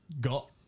got